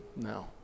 No